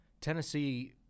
Tennessee